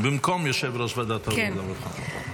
במקום יושב-ראש ועדת העבודה והרווחה, בבקשה.